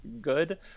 good